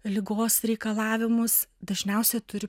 ligos reikalavimus dažniausiai turi